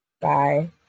Bye